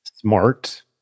smart